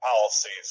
policies